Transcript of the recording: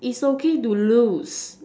is okay to lose